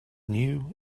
new